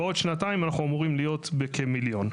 בעוד שנתיים אנחנו אמורים להיות בכ-1 מיליון.